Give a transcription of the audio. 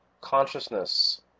consciousness